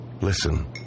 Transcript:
Listen